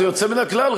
זה יוצא מן הכלל,